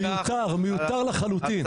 מיותר, מיותר לחלוטין.